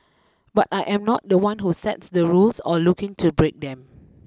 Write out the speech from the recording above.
but I am not the one who sets the rules or looking to break them